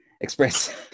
express